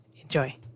Enjoy